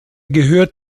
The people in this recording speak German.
gehört